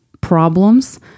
problems